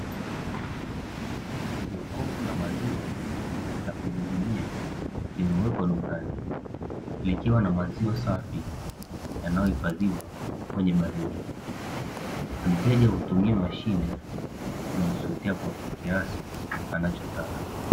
Jokofu la maziwa la kujihudumia limewekwa dukani likiwa na maziwa safi, yanayohifadhiwa kwenye baridi. Mteja hutumia mashine kujichotea kwa kiasi anachotaka.